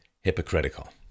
hypocritical